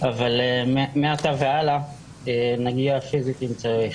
אבל מעתה והלאה נגיע פיזית אם צריך.